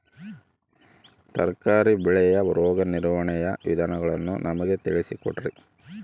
ತರಕಾರಿ ಬೆಳೆಯ ರೋಗ ನಿರ್ವಹಣೆಯ ವಿಧಾನಗಳನ್ನು ನಮಗೆ ತಿಳಿಸಿ ಕೊಡ್ರಿ?